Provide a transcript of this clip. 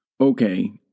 okay